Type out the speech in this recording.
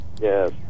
yes